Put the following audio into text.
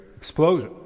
explosion